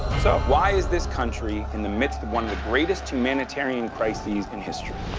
why is this country. in the midst of one of the greatest humanitarian crisis in history?